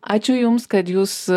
ačiū jums kad jūs